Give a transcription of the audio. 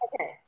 Okay